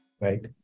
Right